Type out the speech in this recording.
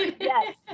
yes